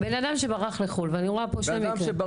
בן אדם שברח לחו"ל ואני רואה פה שני מקרים.